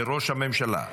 לראש הממשלה.